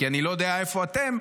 כי אני לא יודע איפה אתם.